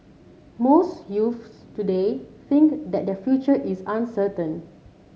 most youths today think that their future is uncertain